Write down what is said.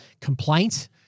complaint